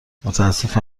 متاسفم